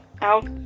out